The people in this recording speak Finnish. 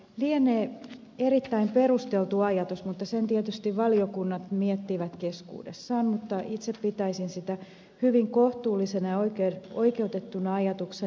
lienee erittäin perusteltu ajatus sen tietysti valiokunnat miettivät keskuudessaan mutta itse pitäisin hyvin kohtuullisena ja oikeutettuna ajatuksena että ed